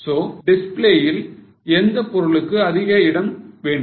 so டிஸ்பிளேயில் எந்த பொருளுக்கு அதிகம் இடம் வேண்டும்